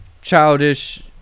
Childish